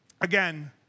Again